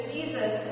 Jesus